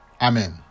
Amen